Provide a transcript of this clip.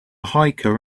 hiker